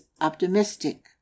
optimistic